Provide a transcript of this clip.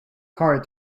card